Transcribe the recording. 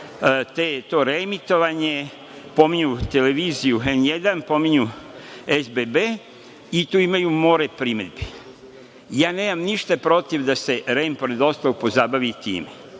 to reemitovanje, pominju televiziju „N1“, pominju SBB i tu imaju more primedbi. Nemam ništa protiv da se REM pozabavi time,